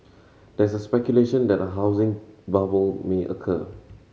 there is speculation that a housing bubble may occur